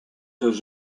does